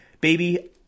baby